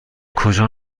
کجا